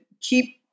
keep